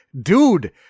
dude